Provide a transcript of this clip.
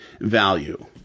value